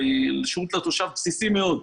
שהוא שירות בסיסי מאוד לתושב,